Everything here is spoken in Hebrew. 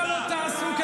נתמכת על ידי תקשורת.